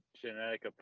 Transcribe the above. genetic